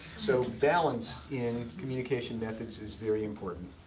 so, balance in communication methods is very important.